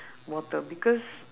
water because